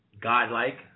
God-like